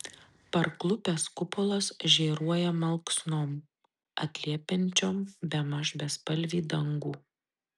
parklupęs kupolas žėruoja malksnom atliepiančiom bemaž bespalvį dangų